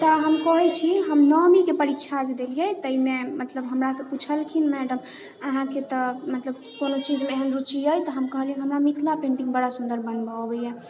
तऽ हम कहै छी हम नओमीके परीक्षा जे देलिए ताहिमे मतलब हमरासँ पुछलखिन मैडम अहाँके तऽ मतलब कोनो चीजमे एहन रुचि अइ तऽ हम कहलिअनि हमरा मिथिला पेन्टिङ्ग बड़ा सुन्दर बनबऽ अबैए